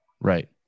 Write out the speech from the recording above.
right